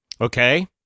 Okay